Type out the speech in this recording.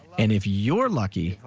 and if you're lucky,